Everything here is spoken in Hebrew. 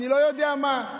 אני לא יודע מה,